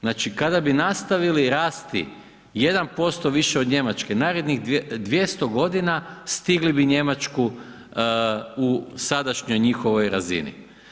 Znači kada bi nastavili rasti 1% više od Njemačke narednih 200 godina stigli bi Njemačku u sadašnjoj njihovoj razini.